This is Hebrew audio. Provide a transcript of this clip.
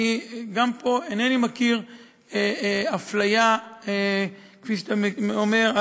גם פה אינני מכיר אפליה כפי שאתה אומר.